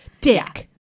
dick